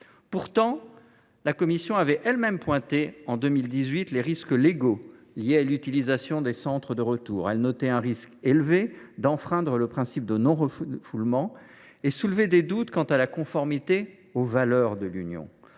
Pourtant, la Commission avait elle même pointé en 2018 les risques légaux liés à l’utilisation des centres de retour. Elle notait un risque élevé d’enfreindre le principe de non refoulement et soulevait des doutes quant à la conformité de ces centres aux valeurs de l’Union.